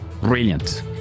brilliant